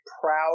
proud